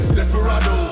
Desperado